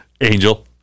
Angel